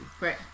Right